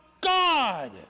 God